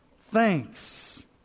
thanks